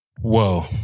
Whoa